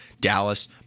Dallas